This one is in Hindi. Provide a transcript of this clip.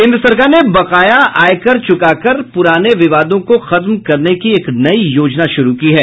केन्द्र सरकार ने बकाया आयकर चुकाकर पुराने विवादों को खत्म करने की एक नई योजना शुरू की है